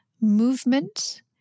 movement